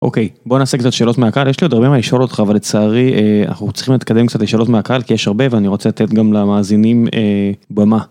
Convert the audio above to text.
אוקיי בוא נעשה קצת שאלות מהקהל יש לי עוד הרבה מה לשאול אותך אבל לצערי אנחנו צריכים להתקדם קצת לשאלות מהקהל כי יש הרבה ואני רוצה לתת גם למאזינים במה.